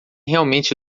realmente